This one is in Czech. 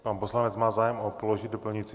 Pan poslanec má zájem položit doplňující dotaz.